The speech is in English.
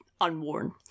unworn